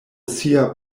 sia